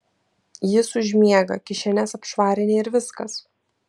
jis užmiega kišenes apšvarini ir viskas